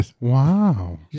Wow